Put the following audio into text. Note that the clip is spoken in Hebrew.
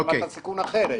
רמת הסיכון הייתה אחרת.